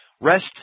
Rest